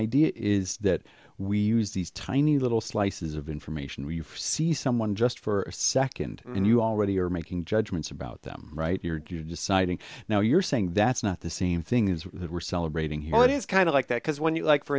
idea is that we use these tiny little slices of information where you see someone just for a second and you already are making judgments about them right you're deciding now you're saying that's not the same thing is that we're celebrating what is kind of like that because when you like for